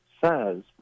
says